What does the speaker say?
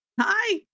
Hi